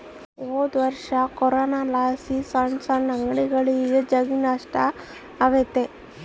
ಹೊದೊರ್ಷ ಕೊರೋನಲಾಸಿ ಸಣ್ ಸಣ್ ಅಂಗಡಿಗುಳಿಗೆ ಜಗ್ಗಿ ನಷ್ಟ ಆಗೆತೆ